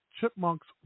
chipmunks